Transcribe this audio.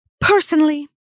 Personally